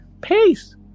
peace